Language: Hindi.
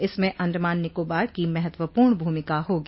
इसमें अंडमान निकोबार की महत्वपूर्ण भूमिका होगी